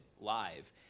live